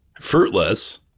fruitless